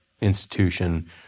institution